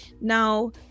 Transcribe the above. Now